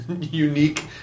unique